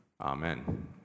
Amen